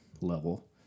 level